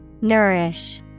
Nourish